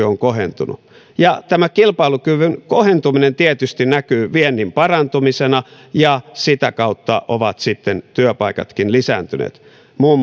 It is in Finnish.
on kohentunut tämä kilpailukyvyn kohentuminen tietysti näkyy viennin parantumisena ja sitä kautta ovat sitten työpaikatkin lisääntyneet muun